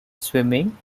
swimming